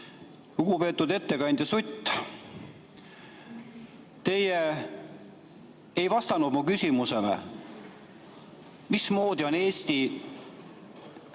Lugupeetud ettekandja Sutt! Teie ei vastanud mu küsimusele, mismoodi on Eesti